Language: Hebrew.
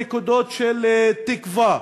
נקודות של תקווה.